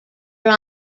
are